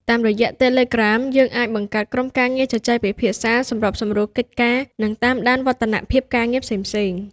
តាមរយៈ Telegram យើងអាចបង្កើតក្រុមការងារជជែកពិភាក្សា សម្របសម្រួលកិច្ចការ និងតាមដានវឌ្ឍនភាពការងារផ្សេងៗ។